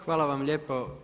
Hvala vam lijepo.